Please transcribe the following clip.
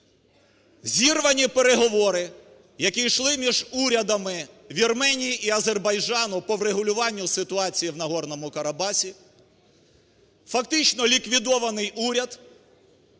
Зірвані переговори, які йшли між урядами Вірменії і Азербайджану по врегулюванню ситуації в Нагорному Карабасі, фактично ліквідований уряд,